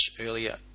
earlier